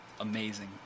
amazing